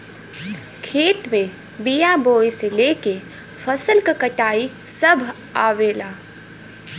खेत में बिया बोये से लेके फसल क कटाई सभ आवेला